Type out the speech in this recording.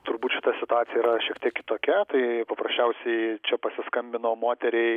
turbūt šita situacija yra šiek tiek kitokia tai paprasčiausiai čia pasiskambino moteriai